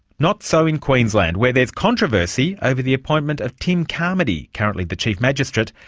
not so in queensland where there is controversy over the appointment of tim carmody, currently the chief magistrate,